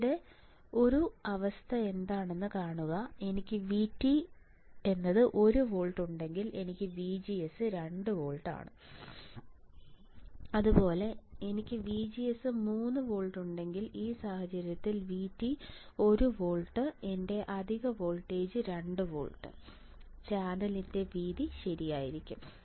ഇവിടെ ഒരു അവസ്ഥ എന്താണെന്ന് കാണുക എനിക്ക് VT 1 വോൾട്ട് ഉണ്ടെങ്കിൽ എനിക്ക് VGS 2 volt അതുപോലെ എനിക്ക് VGS 3 വോൾട്ട് ഉണ്ടെങ്കിൽ ഈ സാഹചര്യത്തിൽ VT 1 വോൾട്ട് എന്റെ അധിക വോൾട്ടേജ് 2 വോൾട്ട് ചാനലിന്റെ വീതി ശരിയായിരിക്കും